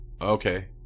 Okay